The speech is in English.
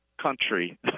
country